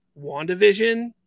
WandaVision